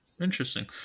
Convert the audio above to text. interesting